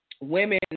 women